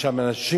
יש שם נשים,